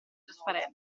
trasparente